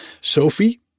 Sophie